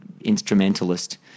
instrumentalist